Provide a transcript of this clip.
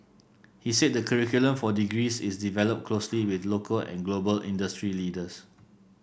he said the curriculum for degrees is developed closely with local and global industry leaders